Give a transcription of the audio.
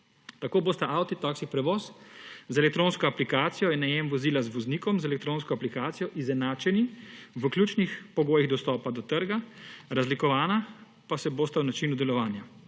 Tako bosta avtotaksi prevoz z elektronsko aplikacijo in najem vozila z voznikom z elektronsko aplikacijo izenačeni v ključnih pogojih dostopa do trga, razlikovala pa se bosta v načinu delovanja.